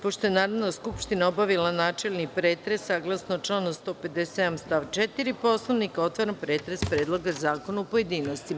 Pošto je Narodna skupština obavila načelni pretres saglasno članu 157. stav 4. Poslovnika, otvaram pretres Predloga zakona u pojedinostima.